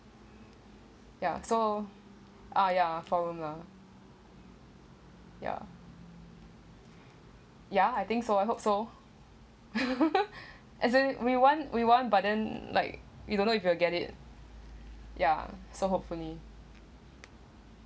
ya so ah ya forum lah ya I think so I hope so as in we want we want but then like you don't know if you will get it ya so hopefully